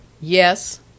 Yes